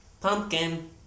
pumpkin